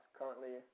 currently